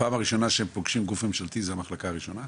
הפעם הראשונה שהם פוגשים גוף ממשלתי זה המחלקה הראשונה.